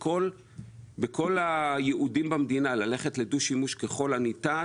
אלא בכל הייעודים במדינה על ללכת לדו-שימוש ככל הניתן.